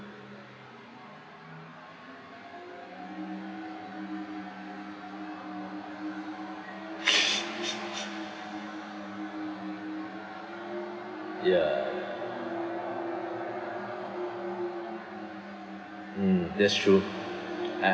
ya mm that's true I